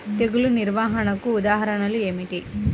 తెగులు నిర్వహణకు ఉదాహరణలు ఏమిటి?